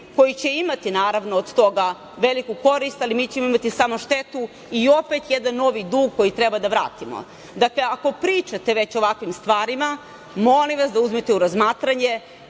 koji će imati naravno od toga veliku korist, ali mi ćemo imati samo štetu i opet jedan novi dug koji treba da vratimo. Dakle, ako pričate već o ovakvim stvarima, molim vas da uzmete u razmatranje